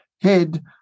head